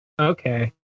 Okay